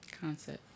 Concept